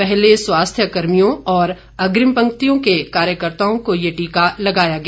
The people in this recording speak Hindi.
पहले स्वास्थय कर्मियों और अग्रिम पंक्तियों के कार्यकर्ताओं को यह टीका लगाया गया